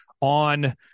on